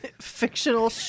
fictional